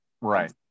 Right